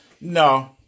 No